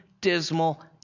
dismal